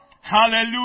Hallelujah